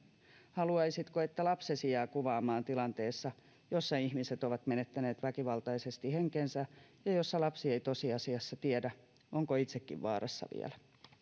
haluaisitko että lapsesi jää kuvaamaan tilanteessa jossa ihmiset ovat menettäneet väkivaltaisesti henkensä ja jossa lapsi ei tosiasiassa tiedä onko itsekin vaarassa vielä